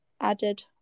added